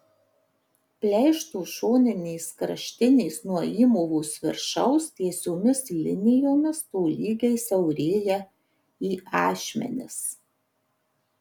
pleišto šoninės kraštinės nuo įmovos viršaus tiesiomis linijomis tolygiai siaurėja į ašmenis